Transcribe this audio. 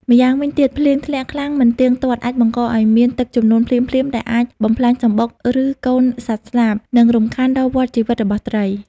ម្យ៉ាងវិញទៀត ភ្លៀងធ្លាក់ខ្លាំងមិនទៀងទាត់អាចបង្កឱ្យមានទឹកជំនន់ភ្លាមៗ ដែលអាចបំផ្លាញសំបុក ឬកូនសត្វស្លាប និងរំខានដល់វដ្តជីវិតរបស់ត្រី។